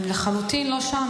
אני לחלוטין לא שם.